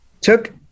took